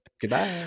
Goodbye